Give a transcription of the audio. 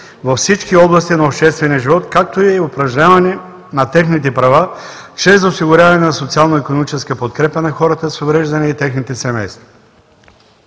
във всички области на обществения живот, както и упражняване на техните права чрез осигуряване на социално-икономическа подкрепа на хората с увреждания и техните семейства.